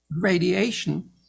radiation